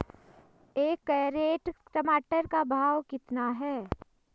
एक कैरेट टमाटर का भाव कितना है?